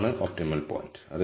ഇതാണ് optimal point